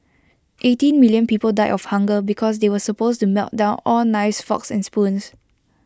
eighteen million people died of hunger because they were supposed to melt down all knives forks and spoons